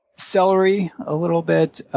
celery a little bit,